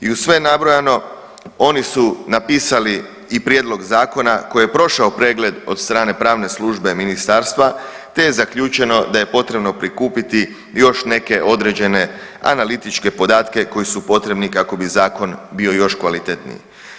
I uz sve nabrojano oni su napisali i prijedlog zakona koji je prošao pregled od strane Pravne službe Ministarstva te je zaključeno da je potrebno prikupiti još neke određene analitičke podatke koji su potrebni kako bi zakon bio još kvalitetniji.